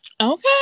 Okay